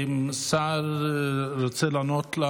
השר רוצה לענות?